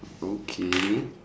okay